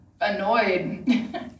annoyed